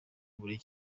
buri